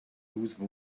loose